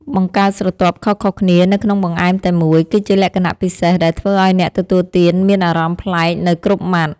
បង្កើតស្រទាប់ខុសៗគ្នានៅក្នុងបង្អែមតែមួយ គឺជាលក្ខណៈពិសេសដែលធ្វើឱ្យអ្នកទទួលទានមានអារម្មណ៍ប្លែកនៅគ្រប់ម៉ាត់។